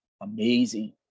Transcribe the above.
Amazing